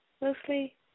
mostly